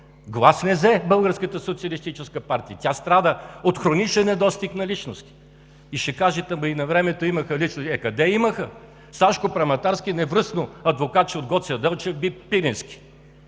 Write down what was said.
партия! Тя страда от хроничен недостиг на личности. И ще кажете: ама, навремето имаха личности. Къде имаха? Сашко Праматарски, невръстно адвокатче от Гоце Делчев, би Пирински.